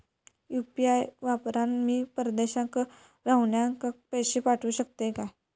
UPI वापरान मी परदेशाक रव्हनाऱ्याक पैशे पाठवु शकतय काय?